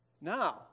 Now